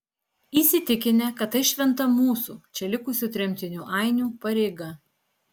įsitikinę kad tai šventa mūsų čia likusių tremtinių ainių pareiga